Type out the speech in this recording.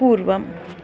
पूर्वम्